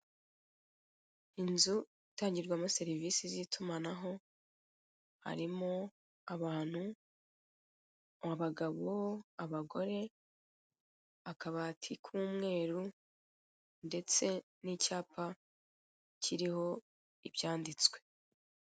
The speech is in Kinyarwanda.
Inzu itangirwamo serivizi z'itumanaho harimo abantu, abagabo, abagore, akabati k'umweru ndetse n'icyapa kiriho ibyanditswe.